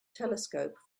telescope